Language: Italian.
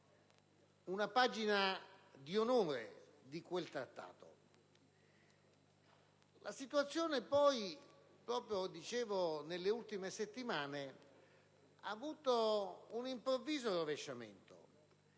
una pagina di onore di quel Trattato. La situazione poi, proprio nelle ultime settimane, ha avuto un improvviso rovesciamento: